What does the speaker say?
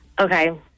Okay